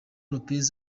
lopez